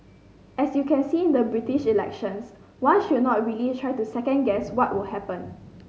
as you can see in the British elections one should not really try to second guess what will happen